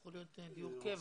שהפכו להיות דיור קבע.